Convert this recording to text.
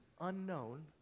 unknown